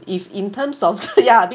if in terms of ya